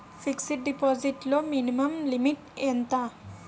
Fixed deposit లో minimum limit ఎంత?